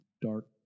Dark